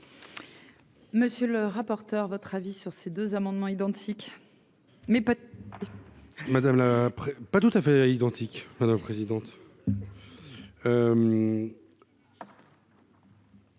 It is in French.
Monsieur le rapporteur, votre avis sur ces deux amendements identiques, mais pas. Madame la pas tout à fait identique